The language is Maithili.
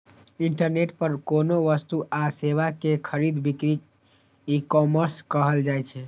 इंटरनेट पर कोनो वस्तु आ सेवा के खरीद बिक्री ईकॉमर्स कहल जाइ छै